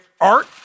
art